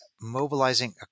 mobilizing